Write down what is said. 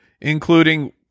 including